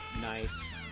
Nice